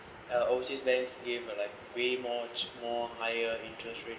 uh overseas banks gave like way much more higher interest rate